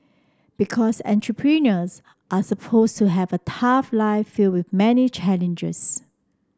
because entrepreneurs are supposed to have a tough life filled with many challenges